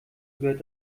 gehört